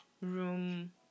room